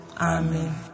Amen